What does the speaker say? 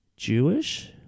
jewish